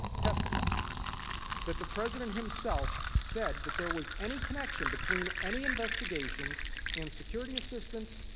testified that the president himself said that there was any connection between any investigations and security assistance,